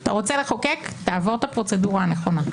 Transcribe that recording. אתה רוצה לחוקק, תעבור את הפרוצדורה הנכונה.